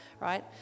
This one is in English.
right